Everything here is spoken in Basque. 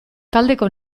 taldeko